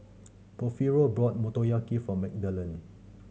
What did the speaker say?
Porfirio bought Motoyaki for Magdalen